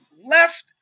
Left